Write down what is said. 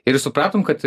ir supratom kad